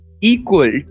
equal